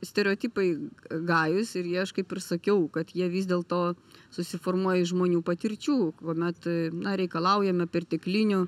stereotipai gajūs ir jie aš kaip ir sakiau kad jie vis dėl to susiformuoja iš žmonių patirčių kuomet na reikalaujame perteklinių